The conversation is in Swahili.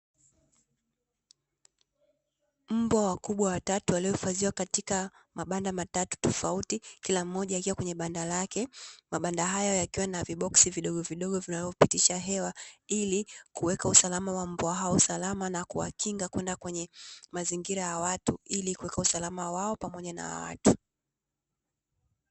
Mbwa wa kubwa watatu waliopakiwa katika mabanda matatu tofauti kila mmoja akiwa kwenye banda lake, mabanda hayo ikiwa na viboksi vidogo vidogo vinavyopitisha hewa ili kuweka usalama wa mbwa hao salama na kuwakinga kwenda kwenye mazingira ya watu ilikuweka usalama wao na watu.